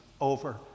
over